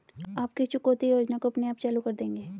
आप किस चुकौती योजना को अपने आप चालू कर देंगे?